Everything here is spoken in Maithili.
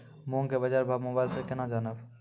मूंग के बाजार भाव मोबाइल से के ना जान ब?